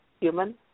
human